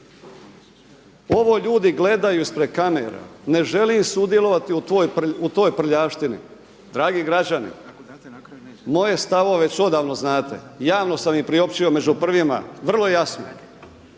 Ovo ljudi gledaju ispred kamera, ne želim sudjelovati u toj prljavštini. Dragi građani, moje stavove već odavno znate, javno sam ih priopćio među prvima, vrlo jasno,